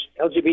LGBT